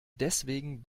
deswegen